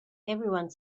everyone